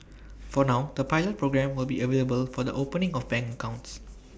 for now the pilot programme will be available for the opening of bank accounts